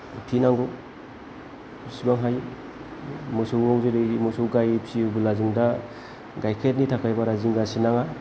फिनांगौ जेसेबां हायो मोसौआव जेरै मोसौ गाइ फिसियोबोला जों दा गाइखेरनि थाखाय बारा जिंगासिनाङा